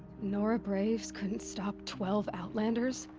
nora braves couldn't stop twelve outlanders.